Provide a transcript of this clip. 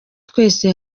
twese